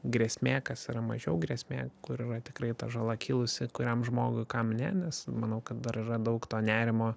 grėsmė kas yra mažiau grėsmė kur yra tikrai ta žala kilusi kuriam žmogui kam ne nes manau kad dar yra daug to nerimo